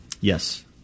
Yes